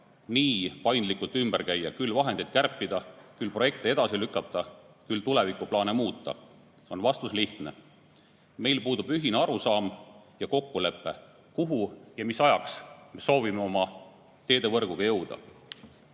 nii paindlikult ümber käia, küll vahendeid kärpida, küll projekte edasi lükata, küll tulevikuplaane muuta, on vastus lihtne: meil puudub ühine arusaam ja kokkulepe, kuhu ja mis ajaks me soovime oma teevõrguga